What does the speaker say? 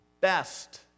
best